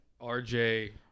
RJ